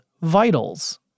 vitals